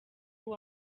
uwo